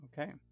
okay